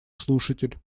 слушатель